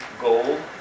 gold